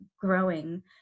growing